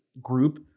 group